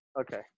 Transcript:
Okay